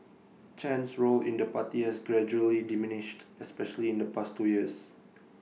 Chen's role in the party has gradually diminished especially in the past two years